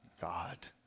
God